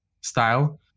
style